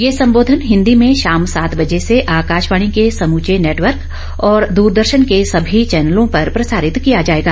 यह संबोधन हिन्दी में शाम सात बजे से आकाशवाणी के समूचे नेटवर्क और द्रदर्शन के सभी चैनलों पर प्रसारित किया जायेगा